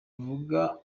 avuga